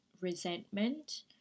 resentment